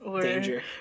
Danger